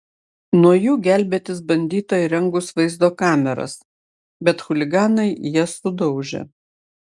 nuo jų gelbėtis bandyta įrengus vaizdo kameras bet chuliganai jas sudaužė